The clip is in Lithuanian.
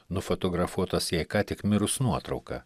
nufotografuotos jai ką tik mirus nuotrauką